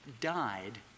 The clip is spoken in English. died